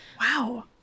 Wow